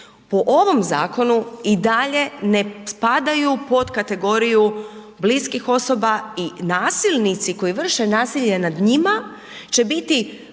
po ovom zakonu i dalje ne spadaju pod kategoriju bliskih osoba i nasilnici koji vrše nasilje nad njima će biti